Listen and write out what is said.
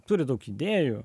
turi daug idėjų